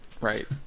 Right